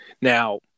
Now